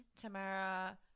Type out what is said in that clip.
Tamara